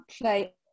play